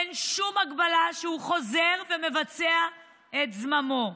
אין שום הגבלה שהוא יחזור ויבצע את זממו.